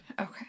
Okay